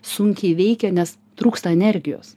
sunkiai veikia nes trūksta energijos